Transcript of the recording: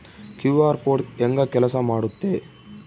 QR code ಹೆಂಗ ಕೆಲಸ ಮಾಡುತ್ತೆ?